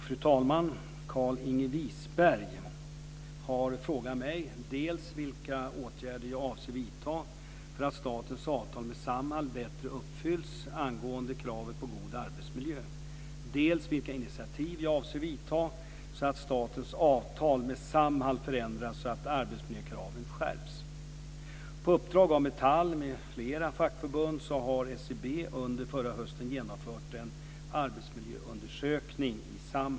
Fru talman! Carlinge Wisberg har frågat mig, dels vilka åtgärder jag avser vidta för att statens avtal med Samhall bättre uppfylls angående kravet på god arbetsmiljö, dels vilka initiativ jag avser vidta så att statens avtal med Samhall förändras så att arbetsmiljökraven skärps. På uppdrag av Metall m.fl. fackförbund har SCB under förra hösten genomfört en arbetsmiljöundersökning i Samhall.